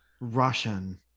Russian